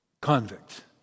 convict